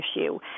issue